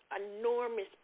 enormous